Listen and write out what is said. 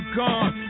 gone